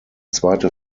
zweite